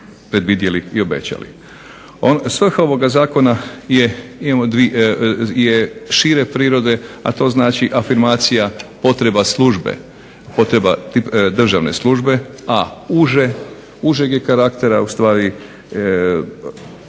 predvidjeli i obećali. Svrha ovoga zakona je šire prirode, a to znači afirmacija potreba službe, potreba državne službe, a užeg je karaktera ustvari